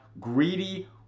Greedy